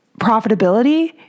profitability